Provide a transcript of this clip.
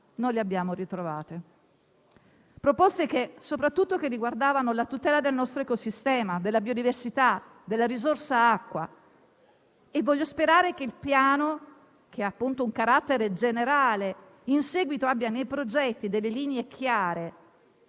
non le abbiamo ritrovate, soprattutto quelle che riguardavano la tutela del nostro ecosistema, della biodiversità, della risorsa idrica. Voglio sperare che il Piano, che ha un carattere generale, in seguito abbia nei progetti delle linee chiare